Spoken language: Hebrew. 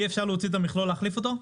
אי-אפשר להוציא את המכלול ולהחליף אותו?